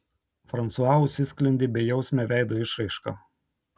fransua užsisklendė bejausme veido išraiška